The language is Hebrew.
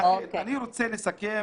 אני רוצה לסכם